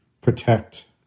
protect